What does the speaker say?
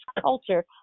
culture